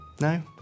No